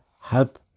help